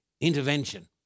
intervention